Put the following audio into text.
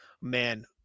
man